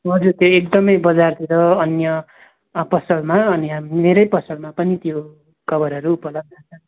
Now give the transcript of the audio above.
हजुर त्यो एकदमै बजारतिर अन्य पसलमा अनि मेरै पसलमा पनि त्यो कभरहरू उपलब्ध छ